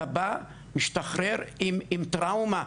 אתה בא, משתחרר עם טראומה